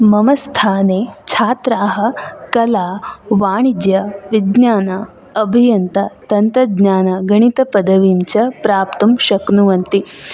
मम स्थाने छात्राः कला वाणिज्य विज्ञान अभियन्त्र तन्त्रज्ञान गणित पदवीं च प्राप्तुं शक्नुवन्ति